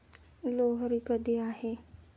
लोहरी कधी आहे?